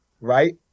right